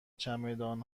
چمدان